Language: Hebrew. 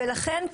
ולכן,